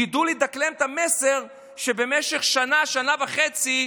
ידעו לדקלם את המסר שבמשך שנה, שנה וחצי,